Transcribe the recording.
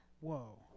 whoa